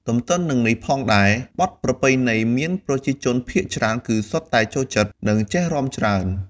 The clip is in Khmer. ទន្ទឹមនឹងនេះផងដែរ បទប្រពៃណីមានប្រជាជនភាគច្រើនគឺសុទ្ធតែចូលចិត្តនិងចេះរាំច្រើន។